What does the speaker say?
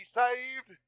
saved